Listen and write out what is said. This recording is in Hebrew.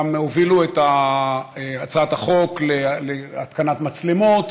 הובילו גם את הצעת החוק להתקנת מצלמות.